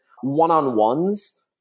one-on-ones